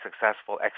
successful